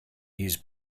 use